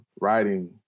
writing